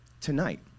tonight